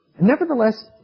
Nevertheless